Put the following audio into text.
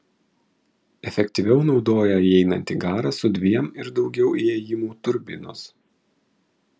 efektyviau naudoja įeinantį garą su dviem ir daugiau įėjimų turbinos